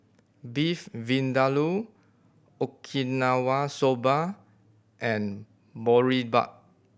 Beef Vindaloo Okinawa Soba and Boribap